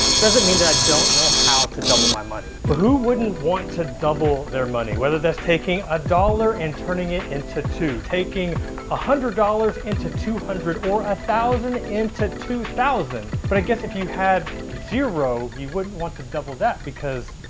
doesn't mean that i don't know how to double my money. who wouldn't want to double their money? whether that's taking a dollar and turning it into two, taking a hundred dollars into two hundred or a into two thousand. but i guess if you had zero, you wouldn't want to double that, because,